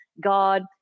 God